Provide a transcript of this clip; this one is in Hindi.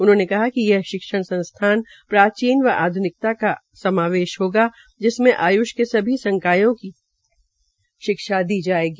उन्होंने कहा कि यह शिक्षण संस्थान प्राचीन व आध्निकता का समावेश होगा जिसमें आय्ष के सभी संकायों की शिक्षा दी जायेगी